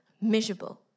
miserable